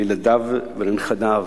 לילדיו ולנכדיו,